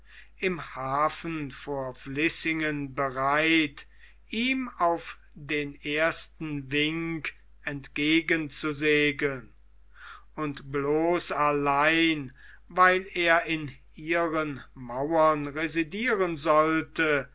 im hafen vor vließingen bereit ihm auf den ersten wink entgegenzusegeln und bloß allein weil er in ihren mauern residieren sollte